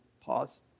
pause